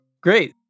Great